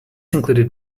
included